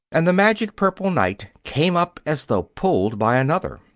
and the magic purple night came up as though pulled by another.